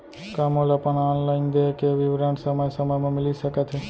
का मोला अपन ऑनलाइन देय के विवरण समय समय म मिलिस सकत हे?